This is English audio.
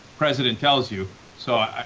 president tells you sought